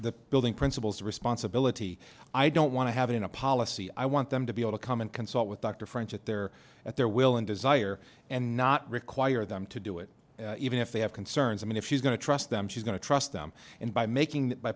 the building principals the responsibility i don't want to have in a policy i want them to be able to come and consult with dr french at their at their will and desire and not require them to do it even if they have concerns i mean if she's going to trust them she's going to trust them and by making